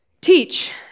teach